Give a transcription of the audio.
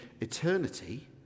eternity